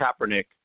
Kaepernick